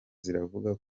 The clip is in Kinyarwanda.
ziravuga